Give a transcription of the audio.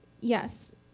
yes